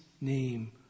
name